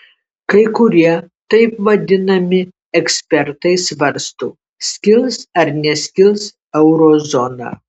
kai kurie taip vadinami ekspertai svarsto skils ar neskils eurozona